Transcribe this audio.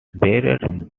beirut